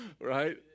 Right